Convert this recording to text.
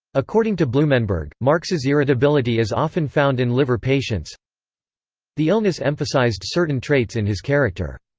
according to blumenberg, marx's irritability is often found in liver patients the illness emphasised certain traits in his character.